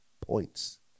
points